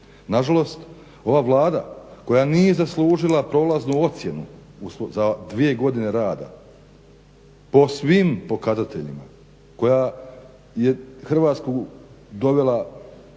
Nažalost, ova Vlada koja nije zaslužila prolaznu ocjenu za 2 godine rada po svim pokazateljima, koja je Hrvatsku dovela